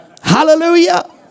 Hallelujah